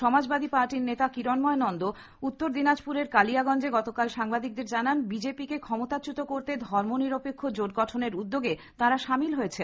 সমাজবাদী পার্টির নেতা কিরন্ময় নন্দ উত্তর দিনাজপুরের কালিয়াগঞ্জে গতকাল সাংবাদিকদের জানান বিজেপি কে ফ্ষমতাচ্যূত করতে ধর্ম নিরপেক্ষ জোট গঠনের উদ্যোগে তাঁরা সামিল হয়েছেন